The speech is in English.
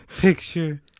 picture